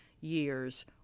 years